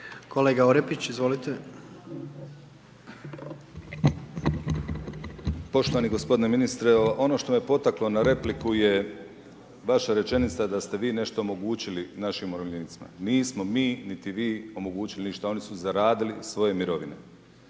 Vlaho (Nezavisni)** Poštovani ministre, ono što me potaklo na repliku je vaša rečenica da ste vi nešto omogućili našim umirovljenicima, nismo mi, niti vi omogućili ništa, oni su zaradili svoje mirovine.